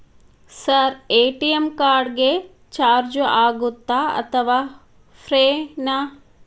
Sir ATM card ಗೆ charge ಆಗುತ್ತಾ ಅಥವಾ ಫ್ರೇ ನಾ?